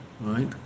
right